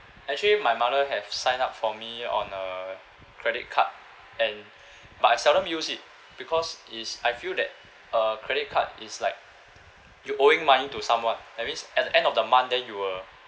actually my mother have signed up for me on a credit card and but I seldom use it because it's I feel that uh credit card is like you owing money to someone that means at the end of the month then you will